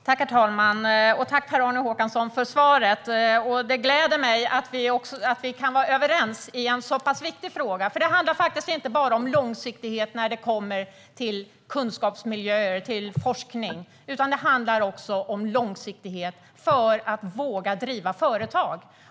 Herr talman! Tack, Per-Arne Håkansson, för svaret! Det gläder mig att vi kan vara överens i en så pass viktig fråga, för det handlar faktiskt inte bara om långsiktighet när det kommer till kunskapsmiljöer och forskning, utan det handlar också om långsiktighet för att man ska våga driva företag.